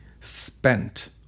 spent